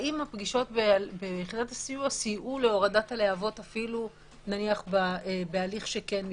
האם הפגישות ביחידת הסיוע סייעו להורדת הלהבות בהליך שכן מתקיים.